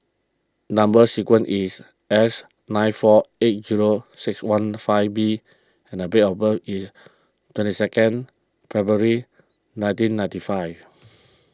Number Sequence is S nine four eight zero six one five B and date of birth is twenty second February nineteen ninety five